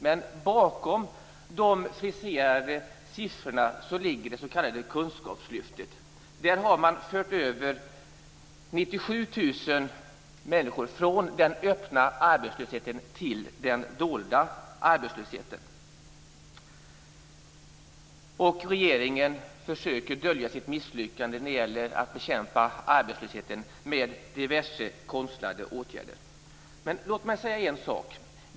Men bakom de friserade siffrorna ligger det s.k. kunskapslyftet. Där har man fört över 97 000 människor från den öppna arbetslösheten till den dolda arbetslösheten. Regeringen försöker dölja sitt misslyckande genom att bekämpa arbetslösheten med diverse konstlade åtgärder.